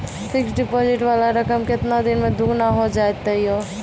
Fixed deposit वाला रकम केतना दिन मे दुगूना हो जाएत यो?